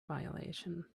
violation